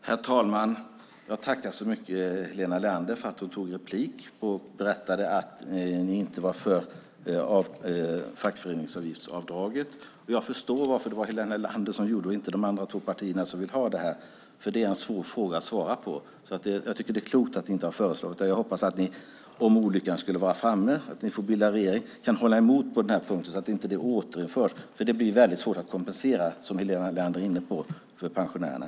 Herr talman! Jag tackar Helena Leander så mycket för att hon begärde replik och berättade att Miljöpartiet inte är positivt till fackföreningsavgiftsavdraget. Jag förstår varför det var Helena Leander som gjorde det och inte någon från de andra två partierna som ju vill ha avdraget. Det är en svår fråga att svara på. Det är klokt att ni i Miljöpartiet inte har föreslagit det, och jag hoppas att ni, om olyckan skulle vara framme och ni får bilda regering, kan hålla emot på den punkten så att det inte återinförs. Det blir i så fall, som Helena Leander är inne på, svårt att kompensera för pensionärerna.